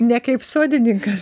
ne kaip sodininkas